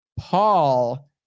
paul